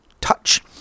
touch